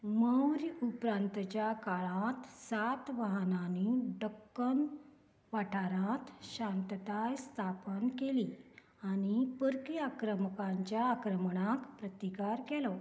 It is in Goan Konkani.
मौर्य उपरांतच्या काळांत सातवाहनांनी डक्कन वाठारांत शांतताय स्थापन केली आनी परकी आक्रमकांच्या आक्रमणाक प्रतिकार केलो